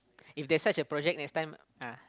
if there's such a project next time ah